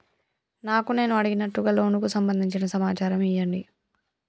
నాకు నేను అడిగినట్టుగా లోనుకు సంబందించిన సమాచారం ఇయ్యండి?